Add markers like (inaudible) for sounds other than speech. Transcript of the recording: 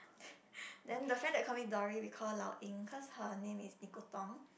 (breath) then the friend that called me Dory we call her Lao-Ying cause her name is Nicole-Tong